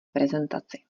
prezentaci